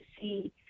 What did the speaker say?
see